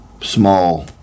small